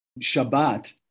Shabbat